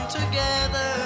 together